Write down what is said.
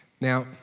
Now